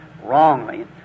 Wrongly